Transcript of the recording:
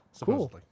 cool